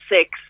Six